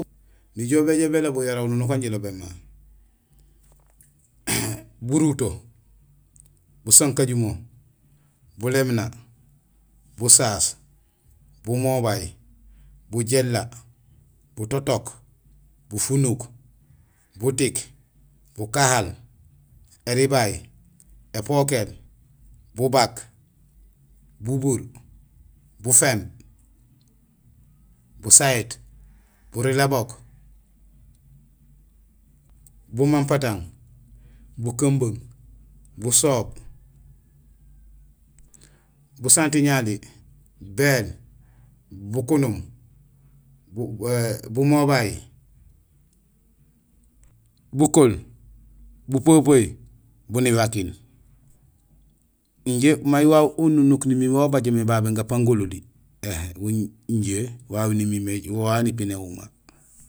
Nijool béjoow bélobul mara ununuk wan jilobé mé: buruto, busankajumo, bulémna, busaas, bumobay, bujééla, butotok, bufunuk, butik, bukahal, éribay, épokéél, bubak, bubuur, bufééb, busahéét, burilabok, bumampatang, bukumbung, busoob, busantiñali, béél, bukunum, bumobay, bukool, bupepeey, bunivakiin; injé may wawu ununuk nimimé wa bajomé babé bapaan gololi; injé wawu nimimé, wo wawé waan ipinéhul ma.